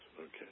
Okay